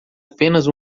apenas